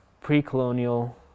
pre-colonial